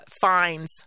fines